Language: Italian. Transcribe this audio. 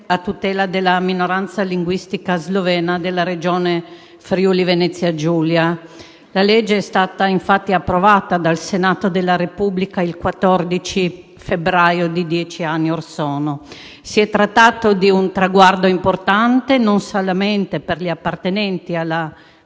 a tutela della minoranza linguistica slovena della regione Friuli-Venezia Giulia. La legge è stata infatti approvata dal Senato della Repubblica il 14 febbraio di dieci anni era or sono. Si è trattato di un traguardo importante, e non solamente per gli appartenenti alla